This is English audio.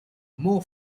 more